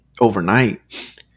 overnight